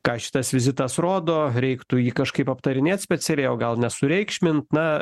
ką šitas vizitas rodo reiktų jį kažkaip aptarinėt specialiai o gal nesureikšmint na